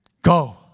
Go